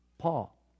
Paul